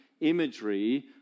imagery